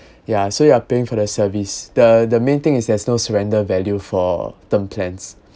yeah so you are paying for the service the the main thing is there's no surrender value for term plans